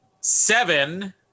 seven